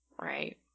right